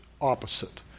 opposite